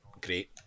great